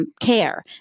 care